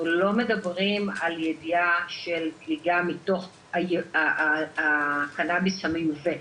אנחנו לא מדברים על זליגה מתוך הקנאביס הרפואי המיובא.